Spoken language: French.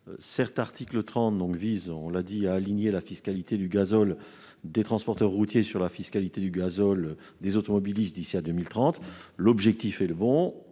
souligné, l'article 30 aligne la fiscalité du gazole des transporteurs routiers sur la fiscalité du gazole des automobilistes d'ici à 2030. L'objectif est le bon,